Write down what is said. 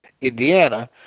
Indiana